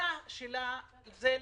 התפיסה שלה היא לערים,